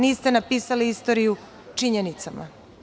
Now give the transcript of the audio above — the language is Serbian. Niste napisali istoriju činjenicama.